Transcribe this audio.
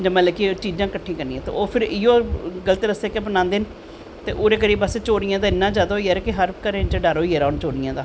जां मतलव कि चीज़ां कट्ठियां करनियां ओह् फिर इयो गल्त रस्ते गै अपनांदे न ते ओह्दे कन्नैं चोरियां जादा होई गेदी ते बस घरें च डर होई दा हून चोरियें दा